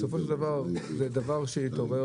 בסופו של דבר זה דבר שהתעורר.